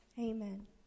amen